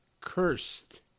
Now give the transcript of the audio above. cursed